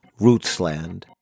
Rootsland